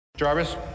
Jarvis